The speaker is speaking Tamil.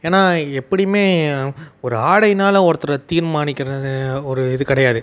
ஏன்னா எப்படியுமே ஒரு ஆடையினால ஒருத்தரை தீர்மானிக்கிறது ஒரு இது கிடையாது